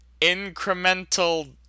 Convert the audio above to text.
incremental